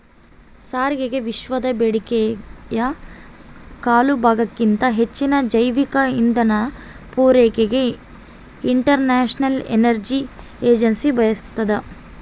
ಸಾರಿಗೆಗೆವಿಶ್ವದ ಬೇಡಿಕೆಯ ಕಾಲುಭಾಗಕ್ಕಿಂತ ಹೆಚ್ಚಿನ ಜೈವಿಕ ಇಂಧನ ಪೂರೈಕೆಗೆ ಇಂಟರ್ನ್ಯಾಷನಲ್ ಎನರ್ಜಿ ಏಜೆನ್ಸಿ ಬಯಸ್ತಾದ